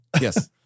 Yes